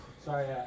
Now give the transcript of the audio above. Sorry